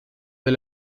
del